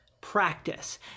practice